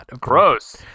Gross